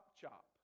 chop